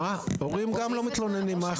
גם ההורים לא מתלוננים.